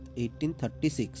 1836